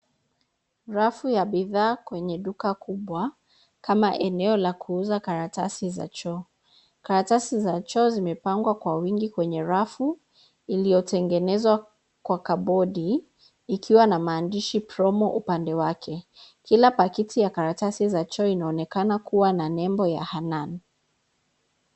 Rafu ya bidhaa kwenye duka kubwa, kama eneo la kuuza karatasi za choo. Karatasi za choo zimepangwa kwa wingi kwenye rafu, illiyo tengenezwa kwa kapodi ikiwa na maandishi promo upande wake. Kila pakiti ya karatasi za choo inaonekana kuwa na nembo ya Hannan.